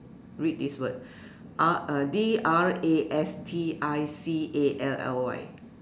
read this word R uh D R A S T I C A L L Y